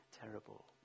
terrible